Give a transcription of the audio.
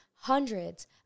Hundreds